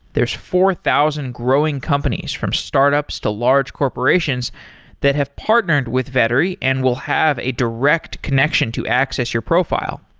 there's four thousand growing companies, from startups to large corporations that have partnered with vettery and will have a direct connection to access your profile.